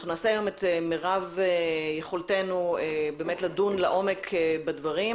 אנחנו נעשה היום את מרב יכולתנו לדון לעומק בדברים,